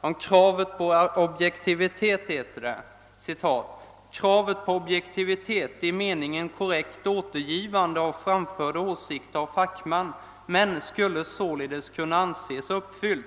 Om kravet på objektivitet säger han: »Kravet på objektivitet i mening korrekt återgivande av framförda åsikter av fackmän skulle sålunda kunna anses uppfyllt.